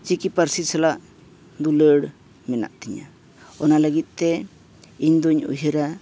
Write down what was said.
ᱪᱤᱠᱤ ᱯᱟᱹᱨᱥᱤ ᱥᱟᱞᱟᱜ ᱫᱩᱞᱟᱹᱲ ᱢᱮᱱᱟᱜ ᱛᱤᱧᱟᱹ ᱚᱱᱟ ᱞᱟᱹᱜᱤᱫᱛᱮ ᱤᱧ ᱫᱚᱧ ᱩᱭᱦᱟᱹᱨᱟ